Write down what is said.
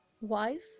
wife